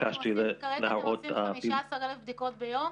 כרגע אתם עושים 15 אלף בדיקות ביום,